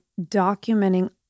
documenting